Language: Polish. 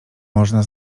można